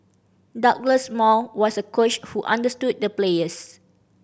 Douglas Moore was a coach who understood the players